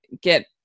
get